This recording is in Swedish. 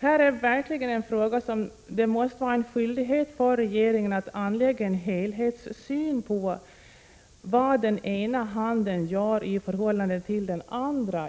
Detta är verkligen en fråga som regeringen måste ha en skyldighet att anlägga en helhetssyn på så att man vet vad den ena handen gör i förhållande till den andra.